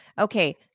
okay